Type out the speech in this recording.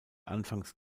anfangs